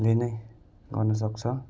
ले नै गर्नु सक्छ